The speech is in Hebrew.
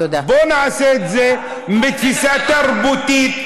בוא נעשה את זה מתפיסה תרבותית,